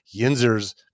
Yinzers